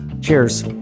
Cheers